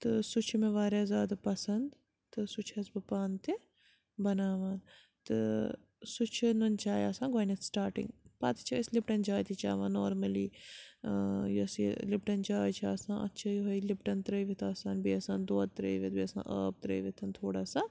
تہٕ سُہ چھُ مےٚ واریاہ زیادٕ پَسَنٛد تہٕ سُہ چھَس بہٕ پانہٕ تہِ بَناوان تہٕ سُہ چھُ نُن چاے آسان گۄڈٕنٮ۪تھ سِٹاٹٕے پَتہٕ چھِ أسۍ لِپٹَن چاے تہِ چٮ۪وان نارمٔلی یۄس یہِ لِپٹَن چاے چھِ آسان اَتھ چھِ یِہوٚے لِپٹَن ترٛٲوِتھ آسان بیٚیہِ آسان دۄد ترٛٲوِتھ بیٚیہِ آسان آب ترٛٲوِتھ تھوڑا سا